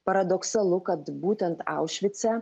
paradoksalu kad būtent aušvice